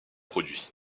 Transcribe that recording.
produit